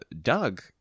Doug